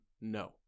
no